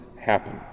happen